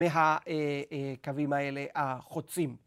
וה..קווים האלה החוצים.